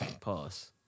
Pause